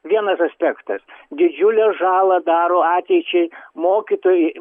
vienas aspektas didžiulę žalą daro ateičiai mokytojai